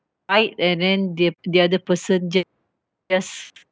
right and then they the other person just